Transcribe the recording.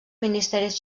ministeris